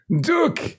Duke